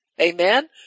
Amen